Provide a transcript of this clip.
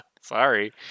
sorry